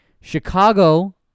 Chicago